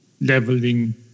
leveling